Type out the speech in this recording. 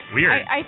Weird